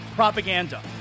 Propaganda